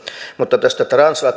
mutta tästä